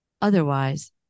Otherwise